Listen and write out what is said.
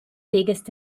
biggest